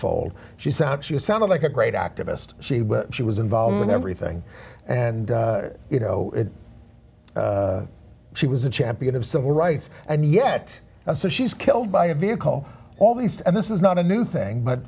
fold she sounds you sounded like a great activist she would she was involved in everything and you know she was a champion of civil rights and yet so she's killed by a vehicle all these and this is not a new thing but